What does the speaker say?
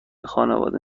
خانواده